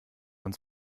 uns